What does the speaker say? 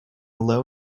low